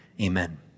Amen